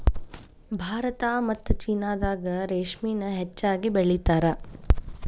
ಭಾರತಾ ಮತ್ತ ಚೇನಾದಾಗ ರೇಶ್ಮಿನ ಹೆಚ್ಚಾಗಿ ಬೆಳಿತಾರ